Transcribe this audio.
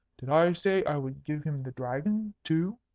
did i say i would give him the dragon too?